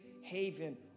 haven